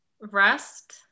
rest